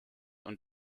und